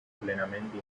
plenamente